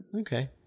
Okay